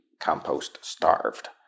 compost-starved